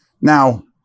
Now